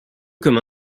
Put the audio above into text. comme